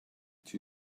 two